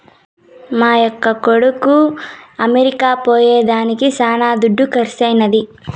మా యక్క కొడుకు అమెరికా పోయేదానికి శానా దుడ్డు కర్సైనాది